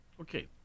Okay